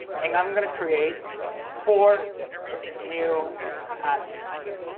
and i'm gonna create four new ad sets.